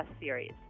series